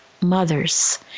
mothers